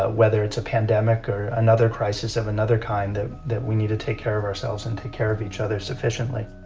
ah whether it's a pandemic or another crisis of another kind, of that we need to take care of ourselves and take care of each other sufficiently